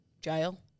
Jail